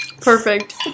Perfect